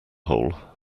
hole